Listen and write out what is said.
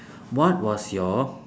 what was your